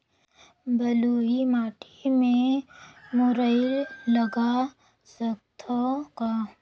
बलुही माटी मे मुरई लगा सकथव का?